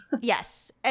Yes